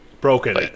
broken